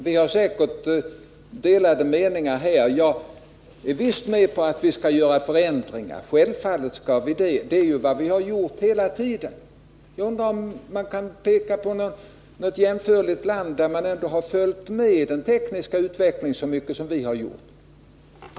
Vi har säkert delade meningar om det. Jag är visst med på att vi skall förändra försvaret — självfallet skall vi göra det. Det har vi gjort hela tiden. Jag undrar om ni kan peka på något jämförligt land där man följt med den tekniska utvecklingen så väl som vi gjort.